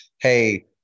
hey